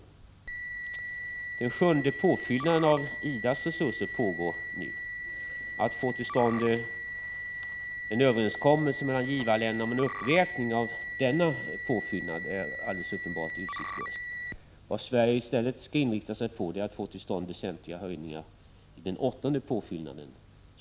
Den sjunde påfyllnaden av IDA:s resurser pågår nu. Att få till stånd en överenskommelse mellan givarländerna om en uppräkning av denna sjunde påfyllnad är uppenbart utsiktslöst. Vad Sverige i stället skall inrikta sig på är att få till stånd väsentliga höjningar av den åttonde påfyllnaden.